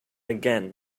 again